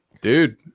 dude